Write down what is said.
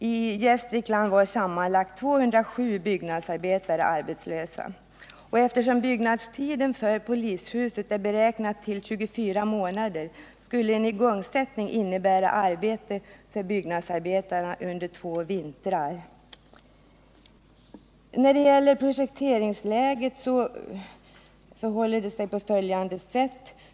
I Gästrikland var sammanlagt 207 byggnadsarbetare arbetslösa. Eftersom byggnadstiden för polishuset är beräknad till 24 månader, skulle en igångsättning innebära arbete för byggnadsarbetarna under två vintrar. När det gäller projekteringsläget förhåller det sig på följande sätt.